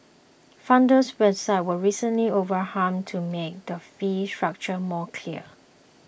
frontier's website was recently overhauled to make the fee structure more clear